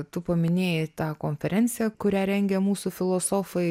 tu paminėjai tą konferenciją kurią rengė mūsų filosofai